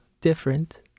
different